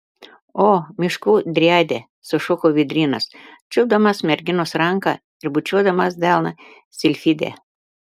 o miškų driade sušuko vėdrynas čiupdamas merginos ranką ir bučiuodamas delną silfide